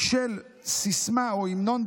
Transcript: של סיסמה או המנון,